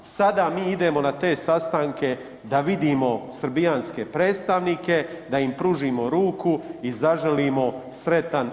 Sada mi idemo na te sastanke da vidimo srbijanske predstavnike, da im pružimo ruku i zaželimo sretan